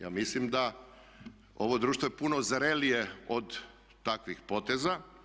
Ja mislim da ovo društvo je puno zrelije od takvih poteza.